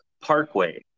Parkway